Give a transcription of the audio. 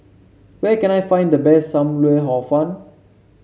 where can I find the best Sam Lau Hor Fun